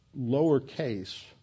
lowercase